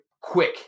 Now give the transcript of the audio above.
quick